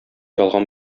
ялган